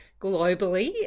globally